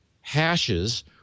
hashes